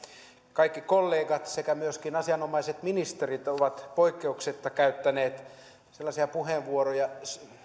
kaikki kollegat sekä myöskin asianomaiset ministerit ovat poikkeuksetta käyttäneet puheenvuoroja